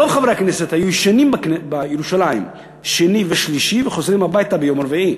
רוב חברי הכנסת ישנו בירושלים בימים שני ושלישי וחזרו הביתה ביום רביעי.